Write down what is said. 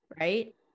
right